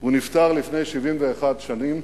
הוא נפטר לפני 71 שנים,